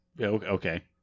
Okay